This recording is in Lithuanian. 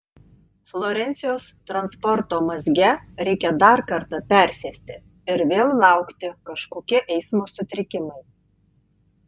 florencijos transporto mazge reikia dar kartą persėsti ir vėl laukti kažkokie eismo sutrikimai